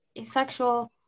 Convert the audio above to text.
asexual